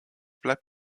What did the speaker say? bleibt